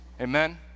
Amen